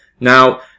Now